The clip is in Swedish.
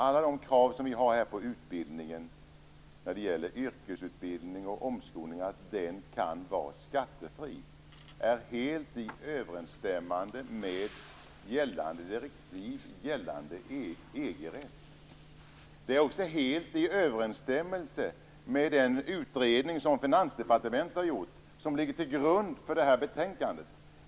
Alla de krav som vi har om att yrkesutbildningar och omskolningar skall vara skattefria står helt i överensstämmelse med gällande direktiv och gällande EG-rätt. Det är också helt i överensstämmelse med den utredning som Finansdepartementet har gjort och som ligger till grund för det här betänkandet.